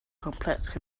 complex